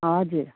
हजुर